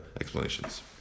explanations